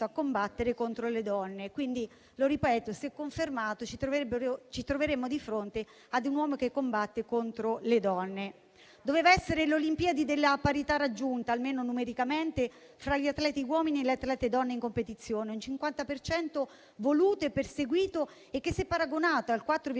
combattere contro le donne. Se confermato, ci troveremmo di fronte a un uomo che combatte contro le donne. Dovevano essere le Olimpiadi della parità raggiunta, almeno numericamente, fra gli atleti uomini e le atlete donne in competizione; un 50 per cento voluto e perseguito che, se paragonato al 4,4